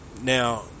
Now